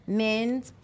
men's